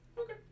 Okay